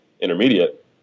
intermediate